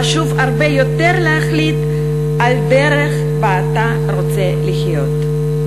חשוב הרבה יותר להחליט על דרך שבה אתה רוצה לחיות.